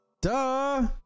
Duh